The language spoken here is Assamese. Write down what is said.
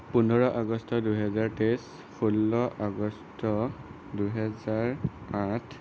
পোন্ধৰ আগষ্ট দুহেজাৰ তেইছ ষোল্ল আগষ্ট দুহেজাৰ আঠ